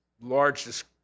large